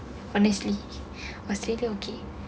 honestly australia okay